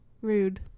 Rude